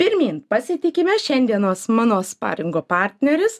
pirmyn pasitikime šiandienos mano sparingo partneris